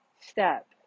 step